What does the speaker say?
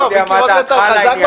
אני לא יודע מה דעתך על העניין,